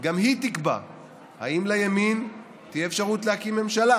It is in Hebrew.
גם היא תקבע אם לימין תהיה אפשרות להקים ממשלה,